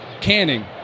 canning